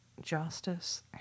justice